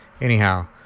Anyhow